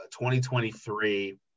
2023